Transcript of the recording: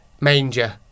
manger